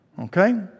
Okay